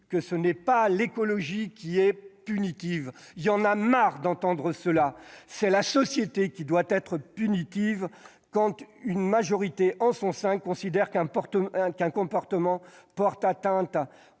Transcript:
que ce n'est pas l'écologie qui est punitive- j'en ai marre d'entendre cela !-, mais c'est la société qui doit l'être, quand une majorité en son sein considère qu'un comportement porte atteinte